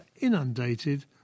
inundated